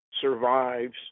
survives